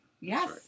Yes